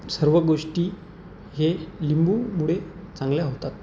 सर्व गोष्टी हे लिंबूमुळे चांगल्या होतात